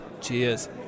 Cheers